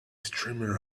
streamer